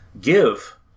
give